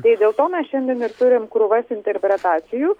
tai dėl to mes šiandien ir turim krūvas interpretacijų